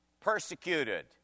persecuted